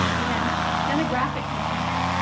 and stenographic machines.